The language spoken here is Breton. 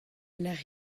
lecʼh